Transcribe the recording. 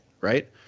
Right